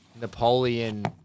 Napoleon